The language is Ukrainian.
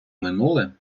минуле